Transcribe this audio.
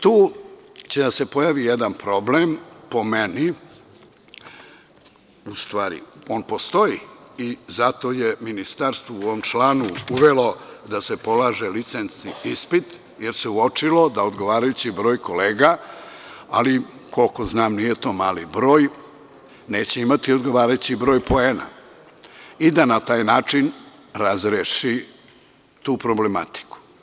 Tu će da se pojavi jedan problem, po meni, u stvari on postoji i zato je ministarstvo u ovom članu uvelo da se polaže licencni ispit jer se uočilo da odgovarajući broj kolega, ali koliko znam nije to mali broj, neće imati odgovarajući broj poena i da na taj način razreši tu problematiku.